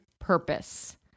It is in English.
purpose